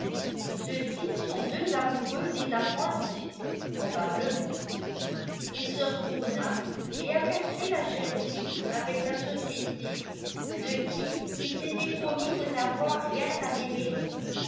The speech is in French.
ceux-ci sont deux amoureux désappointés probablement il se retourna et aperçut la jeune fille avec la société de qui il s'était promis de n'avoir rien à démêler